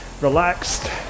relaxed